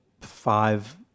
five